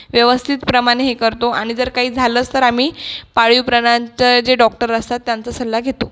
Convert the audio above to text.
व्यवस्थितप्रमाणे हे करतो आणि जर काही झालंच तर आम्ही पाळीव प्राण्यांचा जे डॉक्टर असतात त्यांचा सल्ला घेतो